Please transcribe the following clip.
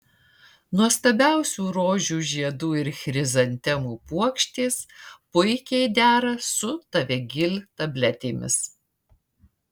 nuostabiausių rožių žiedų ir chrizantemų puokštės puikiai dera su tavegyl tabletėmis